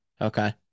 Okay